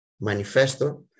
manifesto